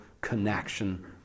connection